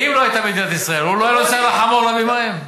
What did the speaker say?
אם לא היתה מדינת ישראל הוא לא היה נוסע על חמור להביא מים?